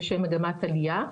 בשם 'אדמת עלייה'.